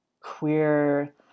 queer